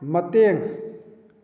ꯃꯇꯦꯡ